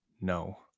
No